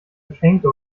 geschenkte